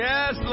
Yes